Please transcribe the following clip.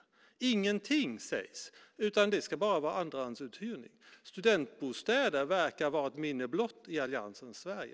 Det sägs ingenting, utan det ska bara vara andrahandsuthyrning. Studentbostäder verkar vara ett minne blott i alliansens Sverige.